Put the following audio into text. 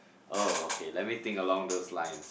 oh okay let me think along those lines